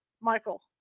Michael